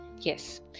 Yes